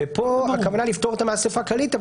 פה הכוונה לפטור אותן מהאספה הכללית,